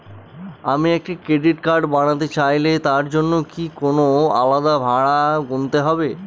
আমি একটি credit card বানাতে চাইলে তার জন্য কি কোনো আলাদা ভাড়া গুনতে হবে?